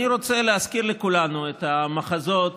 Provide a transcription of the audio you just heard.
אני רוצה להזכיר לכולנו את המחזות